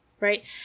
right